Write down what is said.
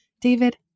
David